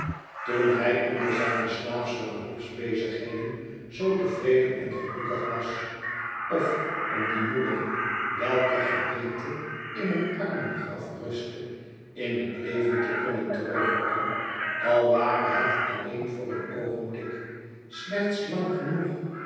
toen hij onder zijne slaafsche beroepsbezigheden zoo tevreden en gelukkig was of om die moeder welker gebeente in een armengraf rustte in het leven te kunnen terugroepen al ware het alleen voor een oogenblik slechts lang genoeg